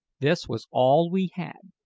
this was all we had,